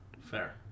Fair